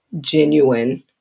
genuine